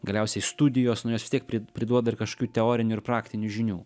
galiausiai studijos nu jos vis tiek pri priduoda ir kašokių teorinių ir praktinių žinių